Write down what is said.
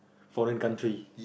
foreign country